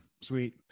sweet